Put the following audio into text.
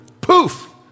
Poof